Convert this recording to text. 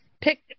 Pick